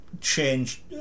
change